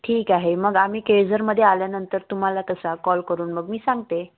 ठीक आहे मग आम्ही केळझरमध्ये आल्यानंतर तुम्हाला तसा कॉल करून मग मी सांगते